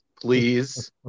please